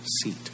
seat